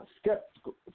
skeptical